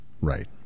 Right